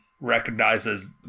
recognizes